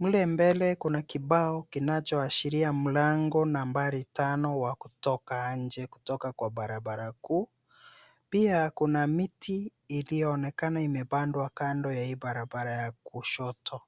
Mle mbele kuna kibao kinachoashiria mlango nambari tano wa kutoka nje, kutoka kwa barabara kuu. Pia kuna miti iliyoonekana imepandwa kando ya hii barabara ya kushoto.